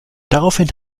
daraufhin